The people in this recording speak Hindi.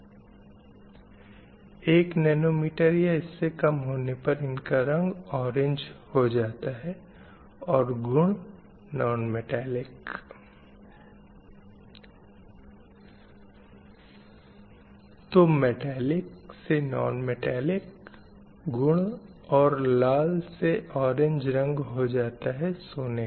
1 nm या इससे कम होने पर इनका रंग ऑरेंज हो जाता है और गुण नोन मटैलिक तो मटैलिक से नोन मटैलिक non metallic गुण और लाल से ऑरेंज रंग हो जाता है सोने का